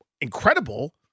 incredible